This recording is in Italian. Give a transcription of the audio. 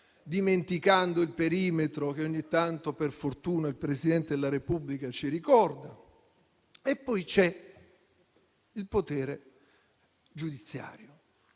dimenticando il perimetro che ogni tanto - per fortuna - il Presidente della Repubblica ci ricorda. E poi c'è il potere giudiziario.